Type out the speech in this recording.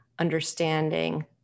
understanding